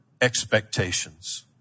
expectations